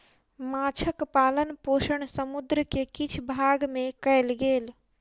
माँछक पालन पोषण समुद्र के किछ भाग में कयल गेल